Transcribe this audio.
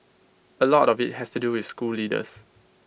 A lot of IT has to do with school leaders